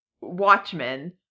Watchmen